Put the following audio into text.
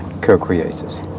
co-creators